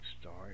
start